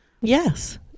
Yes